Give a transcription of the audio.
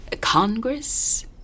Congress